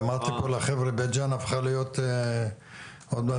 ואמרתי פה לחבר'ה - בית ג'ן הופכת להיות עוד מעט